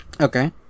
Okay